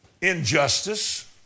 Injustice